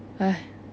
!haiya!